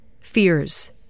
fears